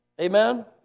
Amen